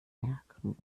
merken